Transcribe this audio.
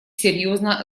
серьезная